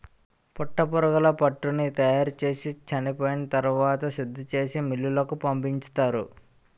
పట్టుపురుగులు పట్టుని తయారుచేసి చెనిపోయిన తరవాత శుద్ధిచేసి మిల్లులకు పంపించుతారు